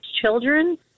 children